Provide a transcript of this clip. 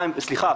סליחה,